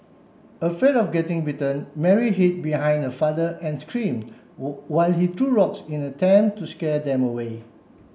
afraid of getting bitten Mary hid behind her father and scream while he threw rocks in attempt to scare them away